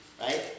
right